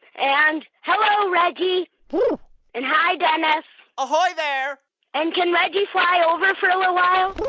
and hello, reggie and hi, dennis ahoy there and can reggie fly over for a little while?